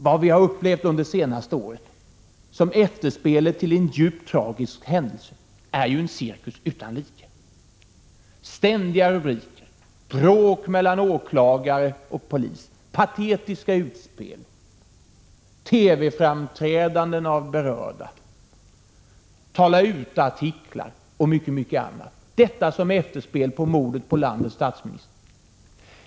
Vad vi har upplevt under det senaste året som efterspel till en djupt tragisk händelse är en cirkus utan like. Ständiga rubriker, bråk mellan åklagare och polis, patetiska utspel, TV-framträdanden av berörda, tala ut-artiklar och mycket mycket annat — detta som efterspel till mordet på landets statsminister.